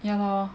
ya lor